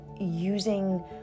using